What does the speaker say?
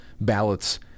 ballots